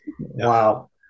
Wow